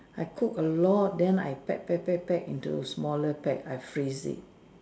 I cook a lot then I pack pack pack pack into smaller pack then I freeze it